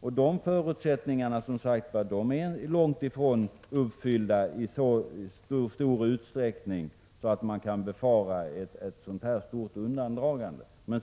Dessa förutsättningar föreligger, som sagt, inte i så stor utsträckning att man kan befara ett undandragande av den storleksordning det här talas om.